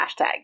hashtag